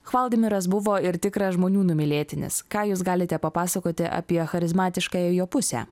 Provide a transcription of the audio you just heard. hvaldimiras buvo ir tikras žmonių numylėtinis ką jūs galite papasakoti apie charizmatiškąją jo pusę